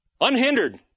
unhindered